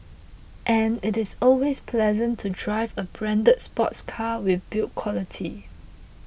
and it is always pleasant to drive a branded sports car with build quality